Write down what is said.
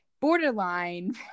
borderline